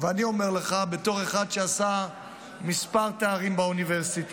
ההצעה של גורמי המקצוע,